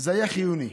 היה חיוני,